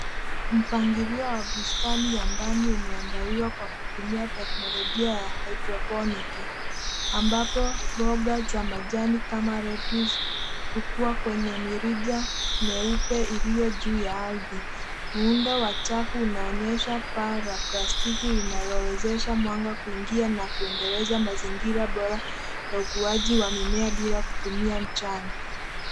Mpangilio wa bustani ya ndani umeandaliwa kwa kutumia teknolojia ya haidroponiki ambapo mboga za majani kama lettuce hukua kwenye mirija meupe iliyo juu ya ardhi. Muundo wa chafu unaonyesha paa la plastiki linalowezesha mwanga kuingia na kuendeleza mazingira bora ya ukuaji wa mimea bila kutumia mchanga.